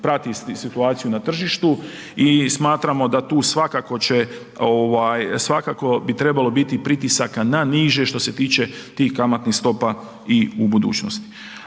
prati situaciju na tržištu i smatramo da tu svakako će, svakako bi trebalo biti pritisaka na niže što se tiče tih kamatnih stopa i u budućnosti.